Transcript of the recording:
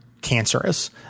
cancerous